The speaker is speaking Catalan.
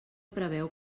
preveu